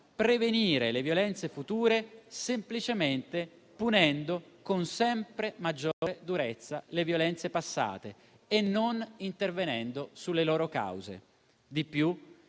prevenire le violenze future semplicemente punendo con sempre maggiore durezza quelle passate e non intervenendo sulle loro cause. Di più,